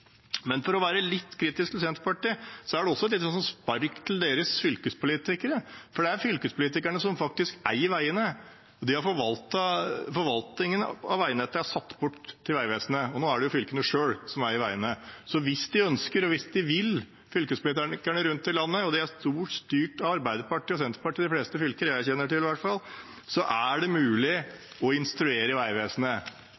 Men for å være litt kritisk til Senterpartiet er det også et lite spark til deres fylkespolitikere, for det er fylkespolitikerne som faktisk eier veiene, og forvaltningen av veinettet er satt bort til Vegvesenet. Nå er det fylkene selv som eier veiene, så hvis de ønsker, og hvis de vil, fylkespolitikerne rundt i landet – og de fleste fylker er, i hvert fall som jeg kjenner til, stort sett styrt av Arbeiderpartiet og Senterpartiet